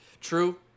True